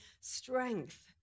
strength